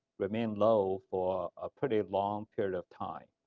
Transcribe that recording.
but i mean low for ah pretty long period of time